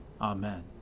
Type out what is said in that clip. Amen